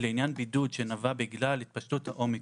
לעניין בידוד שנבע בגלל התפשטות האומיקרון,